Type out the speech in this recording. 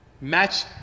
match